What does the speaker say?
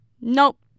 Nope